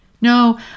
No